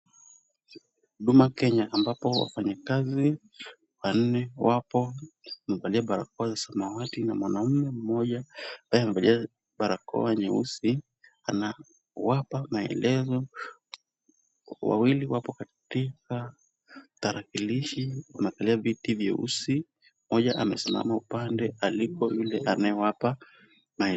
Huduma Kenya ambapo wafanyikazi wanne wapo wamevalia barakoa za samawati na mwanaume mmoja ambaye amevalia barakoa nyeusi anawapa maelezo. Wawili wapo katika tarakilishi, wamekalia viti vyeusi mmoja amesimama upande aliko yule anayewapa maelezo.